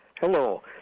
Hello